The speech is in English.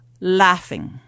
laughing